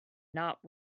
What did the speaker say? not